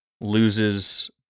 loses